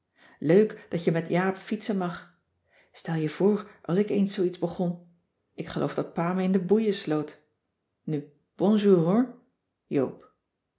leuk dat je met jaap fietsen mag stel je voor als ik eens zoo iets begon ik geloof dat pa me in de boeien sloot nu bonjour hoor joop